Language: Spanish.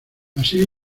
así